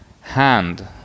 hand